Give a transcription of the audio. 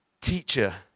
teacher